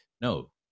No